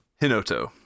Hinoto